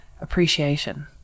appreciation